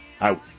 out